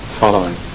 following